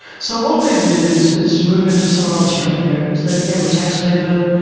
so what they did is is move into some rather strange areas. they became a tax haven.